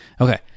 Okay